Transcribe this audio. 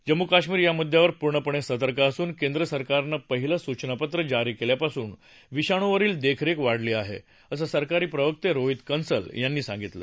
जम्मू कश्मीर या मुद्यावर पूर्णपणे सतर्क असून केंद्र सरकारनं पहिलं सूचनापत्र जारी केल्यापासून विषाणुवरील देखरेख वाढवली आहे असं सरकारी प्रवक्ते रोहित कंसल यांनी सांगितलं